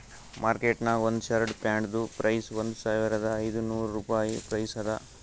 market ನಾಗ್ ಒಂದ್ shirt ಪ್ಯಾಂಟ್ದು ಪ್ರೈಸ್ ಒಂದ್ ಸಾವಿರದ ಐದ ನೋರ್ ರುಪಾಯಿ ಪ್ರೈಸ್ ಅದಾ